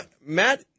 Matt